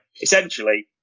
essentially